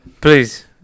Please